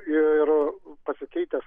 ir pasikeitęs